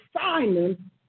Simon